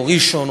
או ראשון,